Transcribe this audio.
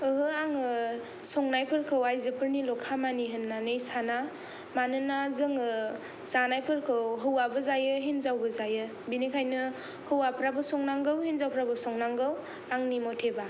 ओहो आङो संनायफोरखौ आइजोफोरनिल' खामानि होननानै साना मानोना जोङो जानायफोरखौ हौवाबो जायो हिनजावबो जायो बिनिखायनो हौवाफ्राबो संनांगौ हिनजावफ्राबो संनांगौ आंनि मथेबा